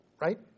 right